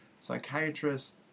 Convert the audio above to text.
Psychiatrists